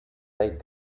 great